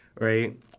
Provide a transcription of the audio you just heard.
Right